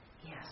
Yes